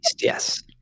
Yes